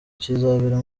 kizabera